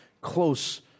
close